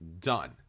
done